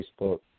Facebook